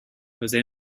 jose